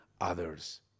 others